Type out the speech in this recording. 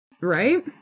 Right